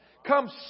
Come